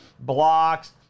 blocks